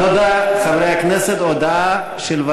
תודה, חברי הכנסת.